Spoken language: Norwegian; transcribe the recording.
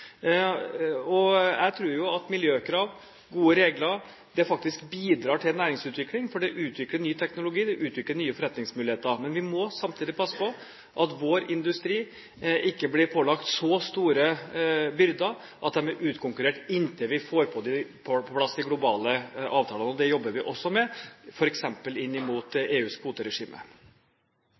Jeg tror at miljøkrav og gode regler faktisk bidrar til næringsutvikling, for det utvikler ny teknologi, og det utvikler nye forretningsmuligheter. Men vi må samtidig passe på at vår industri ikke blir pålagt så store byrder at de er utkonkurrert inntil vi får på plass de globale avtalene. Det jobber vi også med, f.eks. inn mot EUs kvoteregime.